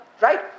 Right